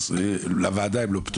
אז לוועדה הן לא פטורות,